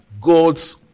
God's